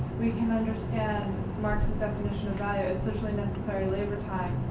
we can understand marx's definition socially necessary labour-time,